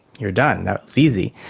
you're done, that's easy.